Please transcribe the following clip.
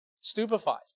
stupefied